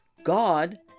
God